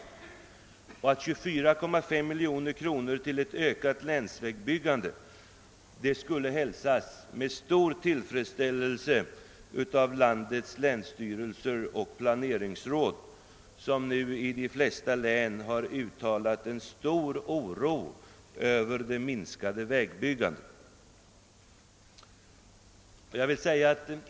Vidare skulle 24,5 miljoner till ökat länsvägsbyggande hälsas med stor tillfredsställelse av landets länsstyrelser och planeringsråd, som i de flesta län uttalat stor oro över det minskade vägbyggandet.